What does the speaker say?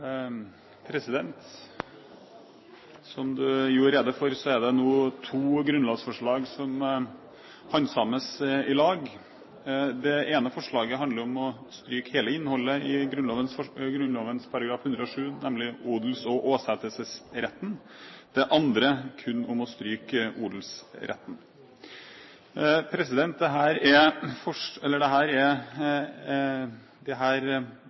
vedtatt. Som presidenten gjorde rede for, er det nå to grunnlovsforslag som handsames i lag. Det ene forslaget handler om å stryke hele innholdet i Grunnloven § 107, nemlig odels- og åsetesretten, det andre kun om å stryke odelsretten. Disse instituttene representerer lange tradisjoner i norsk lov og i norsk kultur. Det er